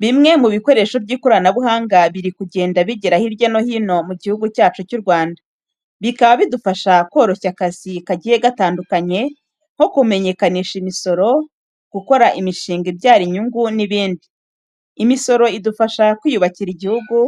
Bimwe mu bikoresho by'ikoranabuhanga biri kugenda bigera hirya no hino mu gihugu cyacu cy'u Rwanda. Bikaba bidufasha koroshya akazi kagiye gatandukanye nko kumenyekanisha imisoro, gukora imishinga ibyara inyungu n'ibindi. Imisoro idufasha kwiyubakira igihugu,